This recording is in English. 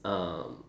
um